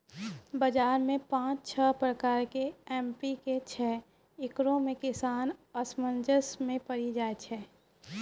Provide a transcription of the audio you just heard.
बाजार मे पाँच छह प्रकार के एम.पी.के छैय, इकरो मे किसान असमंजस मे पड़ी जाय छैय?